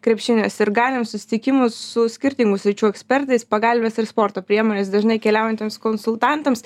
krepšinio sirgaliams susitikimus su skirtingų sričių ekspertais pagalvės ir sporto priemonės dažnai keliaujantiems konsultantams